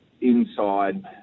inside